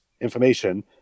information